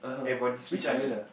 everybody sleep early